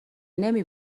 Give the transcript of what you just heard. نمی